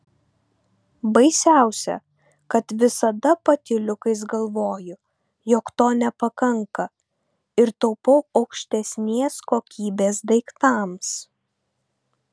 baisiausia kad visada patyliukais galvoju jog to nepakanka ir taupau aukštesnės kokybės daiktams